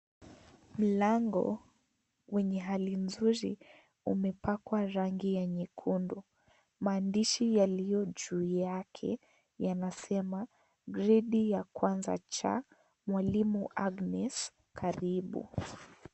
Mlango wenye hali nzuri umepakwa rangi ya nyekundu. Maandishi yaliyo juu yake yanasema gredi ya kwanza cha, mwalimu (cs)Agnes(cs), karibu.